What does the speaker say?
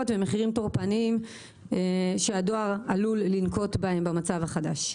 ומחירים טורפניים שהדואר עלול לנקוט בהם במצב החדש.